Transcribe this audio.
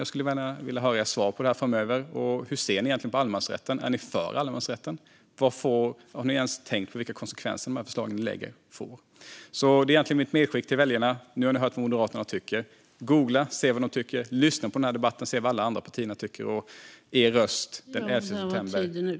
Jag skulle gärna vilja höra ert svar på det framöver. Hur ser ni egentligen på allemansrätten? Är ni för allemansrätten? Har ni ens tänkt på vilka konsekvenser de förslag ni lägger får? Detta är egentligen mitt medskick till väljarna. Nu har ni hört vad Moderaterna tycker. Googla och se vad de tycker! Lyssna på den här debatten och hör vad alla andra partier tycker! Er röst den 11 september gör stor skillnad.